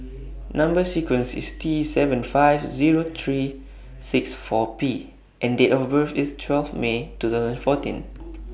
Number sequence IS T seven five Zero three six four P and Date of birth IS twelve May two thousand fourteen